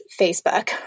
Facebook